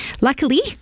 Luckily